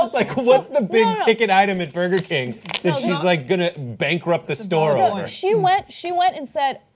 like what's the big ticket item at burger king that she's like going to bankrupt the store over? she went she went and said,